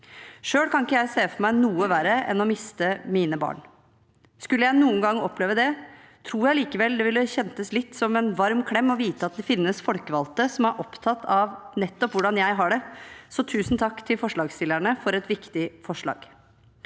Selv kan jeg ikke se for meg noe verre enn å miste mine barn. Skulle jeg noen gang oppleve det, tror jeg likevel det ville kjennes litt som en varm klem å vite at det finnes folkevalgte som er opptatt av hvordan jeg har det, så tusen takk til forslagsstillerne for et viktig forslag.